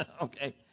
okay